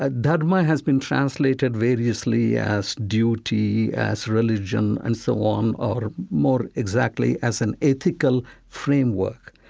ah dharma has been translated variously as duty, as religion, and so on, or more exactly as an ethical framework.